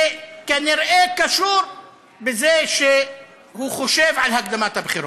שכנראה קשור בזה שהוא חושב על הקדמת הבחירות.